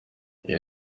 iyi